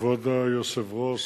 כבוד היושב-ראש,